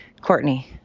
Courtney